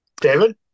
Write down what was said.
David